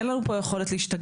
אין לנו פה יכולת להשתגע.